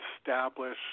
establish